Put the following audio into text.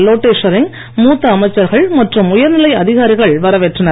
லோட்டே ஷெரிங் மூத்த அமைச்சர்கள் மற்றும் உயர்நிலை அதிகாரிகள் வரவேற்றனர்